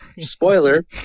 spoiler